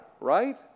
right